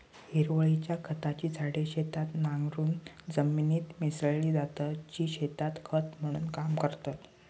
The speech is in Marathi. हिरवळीच्या खताची झाडे शेतात नांगरून जमिनीत मिसळली जातात, जी शेतात खत म्हणून काम करतात